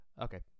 Okay